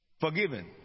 forgiven